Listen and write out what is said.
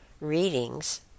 readings